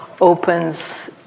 opens